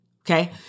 Okay